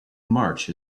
march